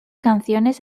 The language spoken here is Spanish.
canciones